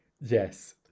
Yes